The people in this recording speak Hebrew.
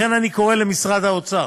לכן אני קורא למשרד האוצר